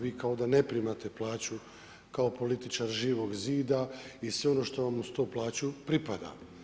Vi kao da ne primate plaću, kao političar Živog zida i sve ono što vam uz tu plaću pripada.